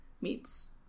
meets